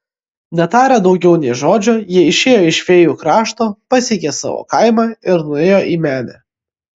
netarę daugiau nė žodžio jie išėjo iš fėjų krašto pasiekė savo kaimą ir nuėjo į menę